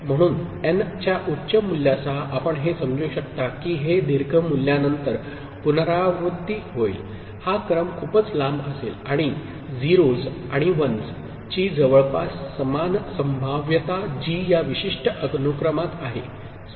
म्हणून एन च्या उच्च मूल्यासह आपण हे समजू शकता की हे दीर्घ मूल्या नंतर पुनरावृत्ती होईल हा क्रम खूपच लांब असेल आणि 0s आणि 1s ची जवळपास समान संभाव्यता जी या विशिष्ट अनुक्रमात आहेस्पष्ट आहे